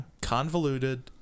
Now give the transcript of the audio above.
Convoluted